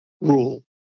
rule